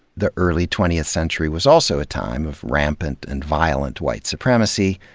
the early twentieth century was also a time of rampant and violent white supremacy,